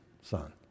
son